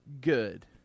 good